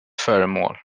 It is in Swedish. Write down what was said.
föremål